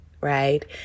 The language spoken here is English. right